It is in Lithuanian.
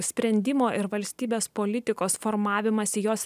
sprendimo ir valstybės politikos formavimąsi jos